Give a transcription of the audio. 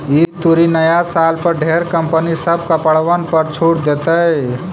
ई तुरी नया साल पर ढेर कंपनी सब कपड़बन पर छूट देतई